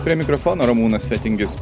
prie mikrofono ramūnas fetingis